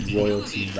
royalty